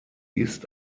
ist